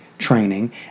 training